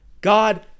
God